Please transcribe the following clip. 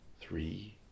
three